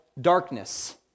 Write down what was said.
darkness